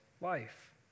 life